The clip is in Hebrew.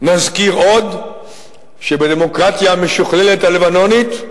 נזכיר עוד שבדמוקרטיה המשוכללת, הלבנונית,